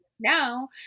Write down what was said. now